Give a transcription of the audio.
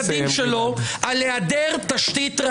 אבל מאחר וזה לא אירוע באמת שרוצים להקשיב,